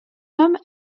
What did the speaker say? garçon